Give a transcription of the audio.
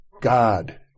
god